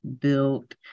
built